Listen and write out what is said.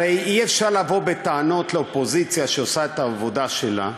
הרי אי-אפשר לבוא בטענות לאופוזיציה שעושה את העבודה שלה,